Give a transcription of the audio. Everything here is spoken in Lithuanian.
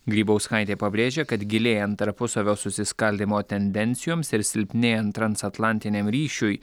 grybauskaitė pabrėžė kad gilėjant tarpusavio susiskaldymo tendencijoms ir silpnėjant transatlantiniam ryšiui